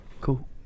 cool